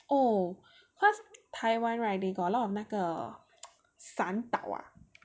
oh cause Taiwan right they got a lot of 那个散岛 ah